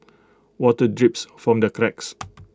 water drips from the cracks